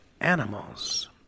animals